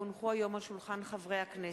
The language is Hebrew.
כי הונחו היום על שולחן הכנסת,